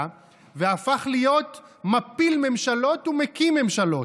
והפך להיות מפיל ממשלות ומקים ממשלות,